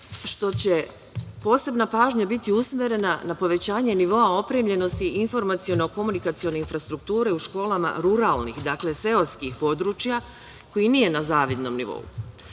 što će posebna pažnja biti usmerena na povećanje nivoa opremljenosti informaciono-komunikacione infrastrukture u školama ruralnih, dakle seoskih područja koji nije na zavidnom